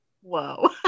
Whoa